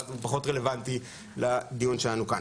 ואז הוא פחות רלוונטי לדיון שלנו כאן.